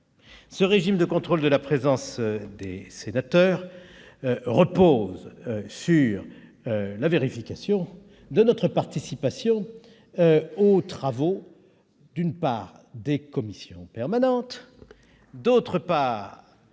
régime de contrôle de la présence des sénateurs. Il repose sur la vérification de notre participation aux travaux des commissions permanentes, aux